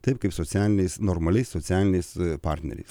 taip kaip socialiniais normaliais socialiniais partneriais